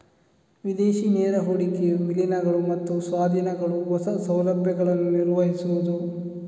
ವಿದೇಶಿ ನೇರ ಹೂಡಿಕೆಯು ವಿಲೀನಗಳು ಮತ್ತು ಸ್ವಾಧೀನಗಳು, ಹೊಸ ಸೌಲಭ್ಯಗಳನ್ನು ನಿರ್ಮಿಸುವುದು